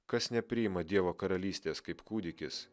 kas nepriima dievo karalystės kaip kūdikis